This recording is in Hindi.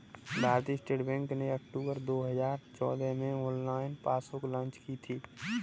भारतीय स्टेट बैंक ने अक्टूबर दो हजार चौदह में ऑनलाइन पासबुक लॉन्च की थी